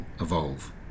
evolve